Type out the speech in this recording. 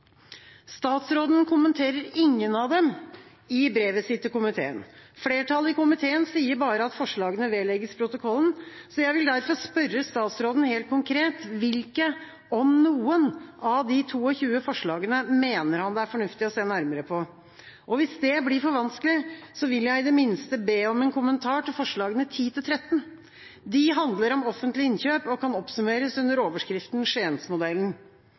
Statsråden kommenterer ingen av dem i brevet sitt til komiteen. Flertallet i komiteen sier bare at forslagene «vedlegges protokollen». Jeg vil derfor spørre statsråden helt konkret: Hvilke – om noen – av de 22 forslagene mener han det er fornuftig å se nærmere på? Hvis det blir for vanskelig, vil jeg i det minste be om en kommentar til forslagene nr. 10–13. De handler om offentlige innkjøp og kan oppsummeres under overskriften